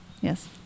Yes